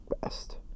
best